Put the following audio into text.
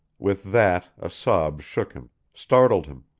with that a sob shook him startled him.